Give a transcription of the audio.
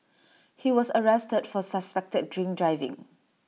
he was arrested for suspected drink driving